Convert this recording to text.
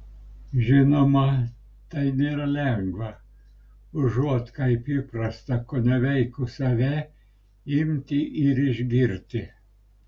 žinoma tai nėra lengva užuot kaip įprasta koneveikus save imti ir išgirti